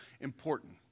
important